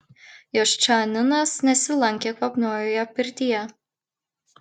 jaščaninas nesilankė kvapniojoje pirtyje